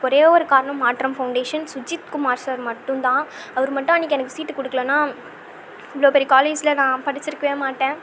அதுக்கு ஒரேவொரு காரணம் மாற்றம் ஃபௌண்டேஷன்ஸ் சுஜித் குமார் சார் மட்டும் தான் அவரு மட்டும் அன்றைக்கி எனக்கு சீட்டு கொடுக்கலன்னா இவ்வளோ பெரிய காலேஜில் நான் படித்திருக்கவே மாட்டேன்